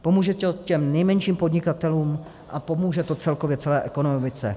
Pomůže to těm nejmenším podnikatelům a pomůže to celkově celé ekonomice.